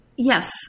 Yes